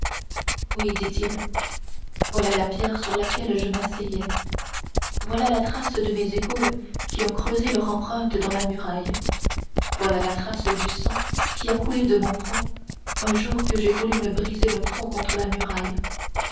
oui dit-il voilà la pierre sur laquelle je m'asseyais voilà la trace de mes épaules qui ont creusé leur empreinte dans la muraille voilà la trace du sang qui a coulé de mon front un jour que j'ai voulu me briser le front contre la muraille